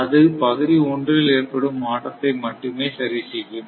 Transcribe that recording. அது பகுதி ஒன்றில் ஏற்படும் மாற்றத்தை மட்டுமே சரி செய்யும்